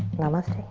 namaste.